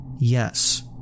Yes